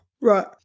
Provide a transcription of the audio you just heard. right